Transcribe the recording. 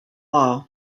law